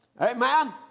Amen